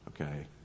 Okay